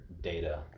data